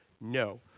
No